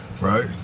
right